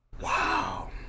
wow